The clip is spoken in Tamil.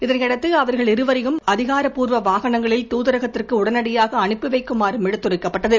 இதனையடுத்து அவர்கள் இருவரையும் அதிகாரப் பூர்வ வாகனங்களில் தூதரகத்திற்கு உடனடியாக அனுப்பி வைக்குமாறும் எடுத்துரைக்கப்பட்டது